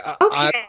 Okay